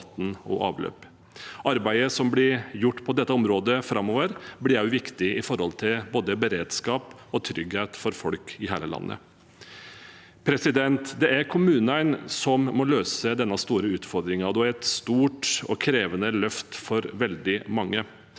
Arbeidet som blir gjort på dette området framover, blir også viktig med tanke på både beredskap og trygghet for folk i hele landet. Det er kommunene som må løse denne store utfordringen. Det er et stort og krevende løft for veldig mange.